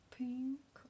pink